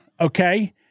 okay